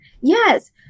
Yes